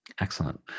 Excellent